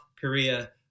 Korea